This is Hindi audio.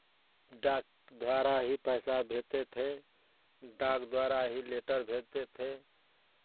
डाक द्वारा ही पैसा देते थे डाक द्वारा ही लेटर भेजते थे